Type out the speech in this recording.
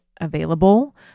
available